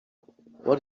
what